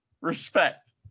respect